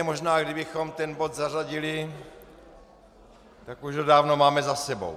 Možná, kdybychom ten bod zařadili, tak už ho dávno máme za sebou.